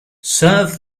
serve